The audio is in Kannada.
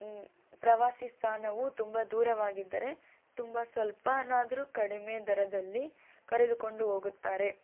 ಪ್ರವಾಸಿ ಸ್ಥಾನವು ತುಂಬ ದೂರವಾಗಿದ್ದರೆ ತುಂಬ ಸ್ವಲ್ಪನಾದ್ರೂ ಕಡಿಮೆ ದರದಲ್ಲಿ ಕರೆದುಕೊಂಡು ಹೋಗುತ್ತಾರೆ